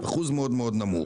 אחוז נמוך מאוד-מאוד.